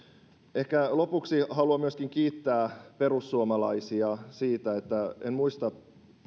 ehkä lopuksi haluan myöskin kiittää perussuomalaisia siitä että en muista